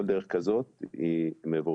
כל דרך כזאת היא מבורכת.